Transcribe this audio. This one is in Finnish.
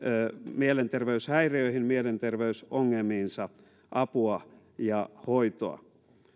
mielenterveyshäiriöihinsä ja mielenterveysongelmiinsa apua ja hoitoa